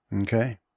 Okay